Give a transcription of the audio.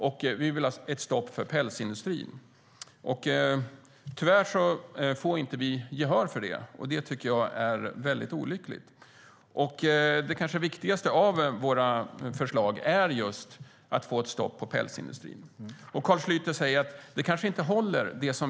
Och vi vill ha stopp för pälsindustrin. Tyvärr får vi inte gehör. Det är olyckligt. Det viktigaste av våra förslag är just att få ett stopp på pälsindustrin. Carl Schlyter säger att det vi föreslår inte håller.